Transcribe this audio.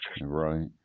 Right